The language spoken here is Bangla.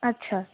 আচ্ছা